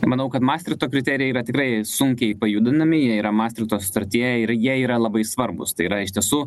manau kad mastrito kriterijai yra tikrai sunkiai pajudinami jie yra mastrito sutartyje ir jie yra labai svarbūs tai yra iš tiesų